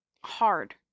hard